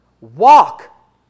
walk